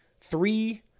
three